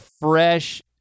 fresh